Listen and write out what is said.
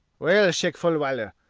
well, shake fulwiler,